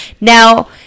Now